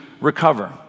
recover